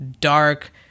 dark